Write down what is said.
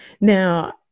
now